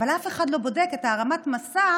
אבל אף אחד לא בודק את הרמת המסך,